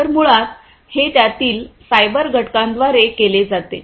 तर मुळात हे त्यातील सायबर घटकाद्वारे केले जाते